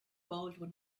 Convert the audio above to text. baldwin